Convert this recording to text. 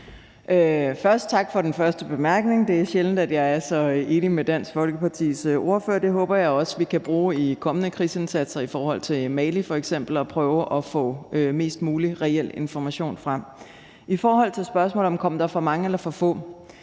Først tak for den første bemærkning. Det er sjældent, at jeg er så enig med Dansk Folkepartis ordfører. Det håber jeg også vi kan bruge i kommende krigsindsatser i f.eks. Mali og prøve at få mest mulig reel information frem. I forhold til spørgsmålet, om der kom for mange eller for få,